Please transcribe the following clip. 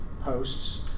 posts